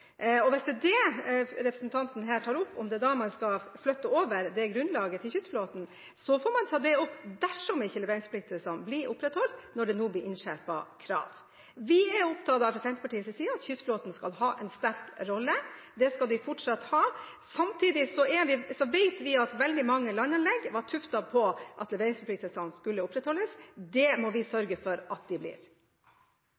til. Hvis det er dette representanten her tar opp, at man da skal flytte grunnlaget over til kystflåten, får man ta det opp dersom leveringsforpliktelsene ikke blir opprettholdt – når kravene nå blir innskjerpet. Vi er fra Senterpartiets side opptatt av at kystflåten skal ha en sterk rolle. Det skal den fortsatt ha. Samtidig vet vi at veldig mange landanlegg var tuftet på at leveringsforpliktelsene skulle bli opprettholdt. Det må vi